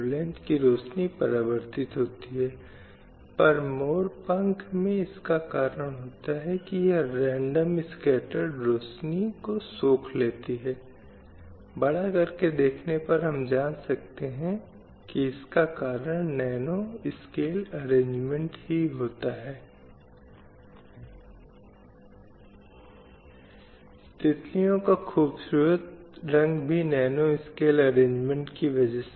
इसलिए यदि हम बदलते आंकड़ों को देखें तो बलात्कार के अपराध में पिछले कुछ वर्षों में 2010 से 2014 तक के पाँच वर्षों के आंकड़े कहीं न कहीं 22000 से बढ़कर 36000 हो गए हैं ये राष्ट्रीय अपराध रिकॉर्ड ब्यूरो के आंकड़े हैं और इसलिए वे बताते हैं कि देश भर में उदाहरणों में केवल वृद्धि हुई है और इसी तरह से महिलाओं का अपहरण महिलाओं को भगा ले जाने में 29000 से बढ़कर 57000तक हो गया है दहेज के उदाहरण कहीं और ही हैंबहुत कड़े कानून अस्तित्व में होने के बावजूद